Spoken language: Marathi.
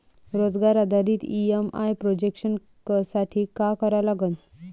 रोजगार आधारित ई.एम.आय प्रोजेक्शन साठी का करा लागन?